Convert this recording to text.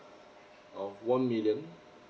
of one million